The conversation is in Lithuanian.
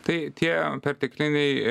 tai tie pertekliniai